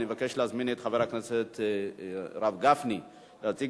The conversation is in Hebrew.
אני מבקש להזמין את חבר הכנסת הרב גפני להציג